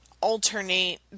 alternate